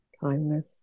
kindness